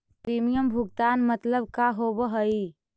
Premium भुगतान मतलब का होव हइ?